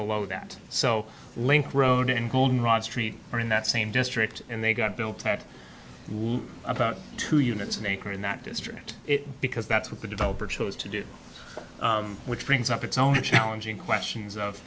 below that so link road and goldenrod street are in that same district and they got built at about two units an acre in that district it because that's what the developer chose to do which brings up its own challenging questions of